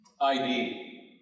ID